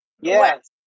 Yes